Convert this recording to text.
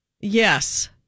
Yes